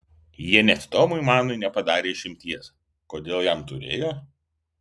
jie net tomui manui nepadarė išimties kodėl jam turėjo